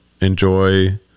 enjoy